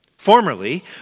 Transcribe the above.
Formerly